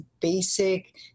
basic